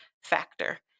factor